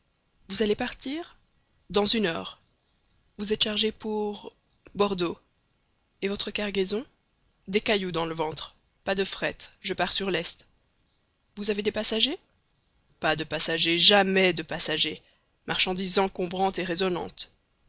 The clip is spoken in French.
vous allez partir dans une heure vous êtes chargé pour bordeaux et votre cargaison des cailloux dans le ventre pas de fret je pars sur lest vous avez des passagers pas de passagers jamais de passagers marchandise encombrante et raisonnante